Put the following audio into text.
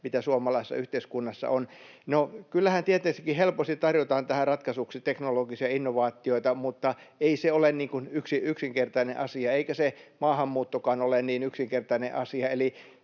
mitä suomalaisessa yhteiskunnassa on. No, kyllähän tietenkin helposti tarjotaan tähän ratkaisuksi teknologisia innovaatioita, mutta ei se ole yksinkertainen asia, eikä se maahanmuuttokaan ole niin yksinkertainen asia.